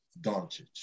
Doncic